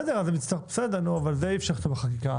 בסדר, אבל את זה אי אפשר לכתוב בחקיקה.